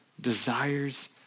desires